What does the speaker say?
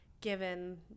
given